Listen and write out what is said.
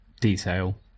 detail